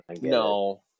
No